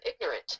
ignorant